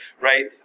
right